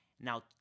Now